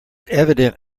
evident